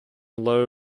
low